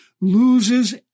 loses